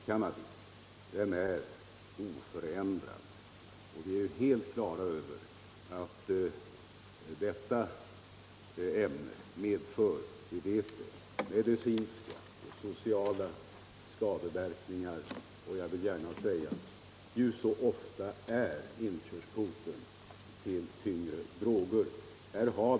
Vi är helt på det klara med att den medför medicinska och sociala skadeverkningar och att den kan bli inkörsporten till miljöer där man missbrukar tyngre droger.